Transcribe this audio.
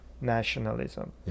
nationalism